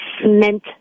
cement